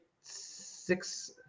six